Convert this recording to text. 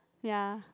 ya